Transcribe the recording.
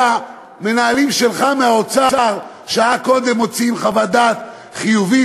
כשהמנהלים שלך מהאוצר שעה קודם מוציאים חוות דעת חיובית,